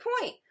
point